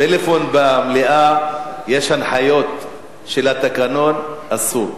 פלאפון במליאה, יש הנחיות של התקנון שזה אסור.